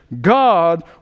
God